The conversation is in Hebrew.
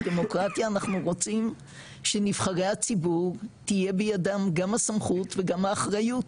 דמוקרטיה אנחנו רוצים שנבחרי הציבור תהיה בידם גם הסמכות וגם האחריות.